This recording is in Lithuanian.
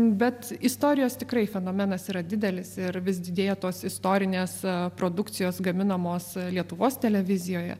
bet istorijos tikrai fenomenas yra didelis ir vis didėja tos istorinės produkcijos gaminamos lietuvos televizijoje